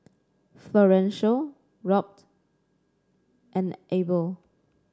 Florencio Robt and Abel